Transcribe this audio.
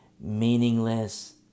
meaningless